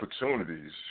opportunities